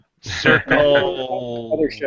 Circle